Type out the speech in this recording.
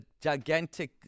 gigantic